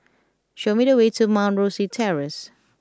show me the way to Mount Rosie Terrace